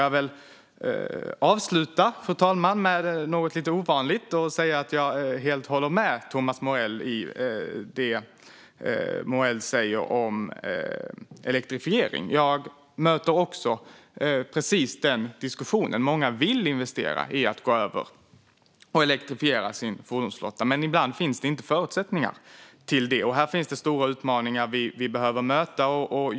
Jag får avsluta med något lite ovanligt. Jag håller helt med Thomas Morell om det han säger om elektrifiering. Jag möter också precis den diskussionen. Många vill investera och gå över till att elektrifiera sin fordonsflotta. Men ibland finns det inte förutsättningar till det. Här finns det stora utmaningar vi behöver möta.